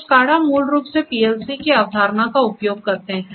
तो SCADA मूल रूप से PLC की अवधारणा का उपयोग करते हैं